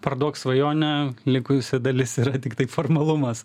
parduok svajonę likusi dalis yra tiktai formalumas